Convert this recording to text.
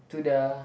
to the